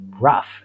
rough